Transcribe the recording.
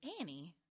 Annie